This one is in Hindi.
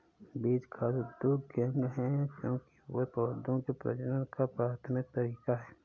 बीज खाद्य उद्योग के अंग है, क्योंकि वे पौधों के प्रजनन का प्राथमिक तरीका है